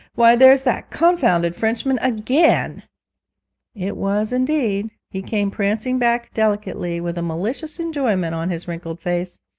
why, there's that confounded frenchman again it was indeed he came prancing back delicately, with a malicious enjoyment on his wrinkled face.